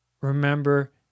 Remember